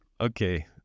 Okay